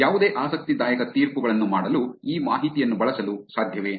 ಯಾವುದೇ ಆಸಕ್ತಿದಾಯಕ ತೀರ್ಪುಗಳನ್ನು ಮಾಡಲು ಈ ಮಾಹಿತಿಯನ್ನು ಬಳಸಲು ಸಾಧ್ಯವೇ